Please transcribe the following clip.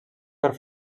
per